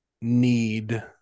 need